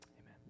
Amen